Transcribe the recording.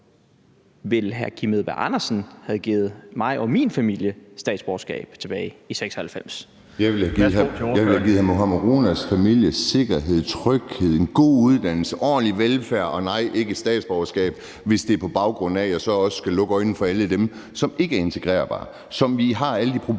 Værsgo til ordføreren. Kl. 12:49 Kim Edberg Andersen (NB): Jeg ville have givet hr. Mohammad Ronas familie sikkerhed, tryghed, en god uddannelse, ordentlig velfærd – og nej, ikke statsborgerskab, hvis det er på baggrund af, at jeg så også skal lukke øjnene for alle dem, som ikke er integrerbare, og som vi har alle de problemstillinger